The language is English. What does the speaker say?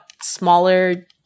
smaller